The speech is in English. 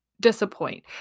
disappoint